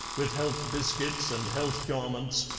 with health biscuits and health garments,